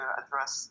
address